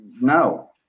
no